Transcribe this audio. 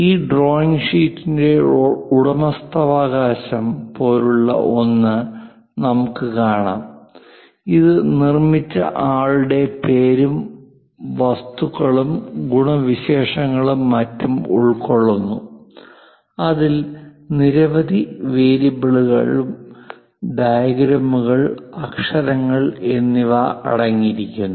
ആ ഡ്രോയിംഗ് ഷീറ്റിന്റെ ഉടമസ്ഥാവകാശം പോലുള്ള ഒന്ന് നമുക്ക് കാണാം അത് നിർമ്മിച്ച ആളുടെ പേരും വസ്തുക്കളും ഗുണവിശേഷങ്ങളും മറ്റും ഉൾക്കൊള്ളുന്നു അതിൽ നിരവധി വേരിയബിളുകൾ ഡയഗ്രമുകൾ അക്ഷരങ്ങൾ എന്നിവ അടങ്ങിയിരിക്കുന്നു